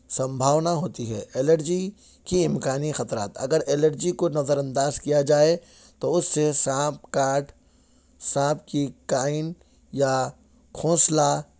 سنبھاؤنا ہوتی ہے الرجی کے امکانی خطرات اگر الرجی کو نظرانداز کیا جائے تو اس سے سانپ کاٹ سانپ کی کائن یا گھونسلا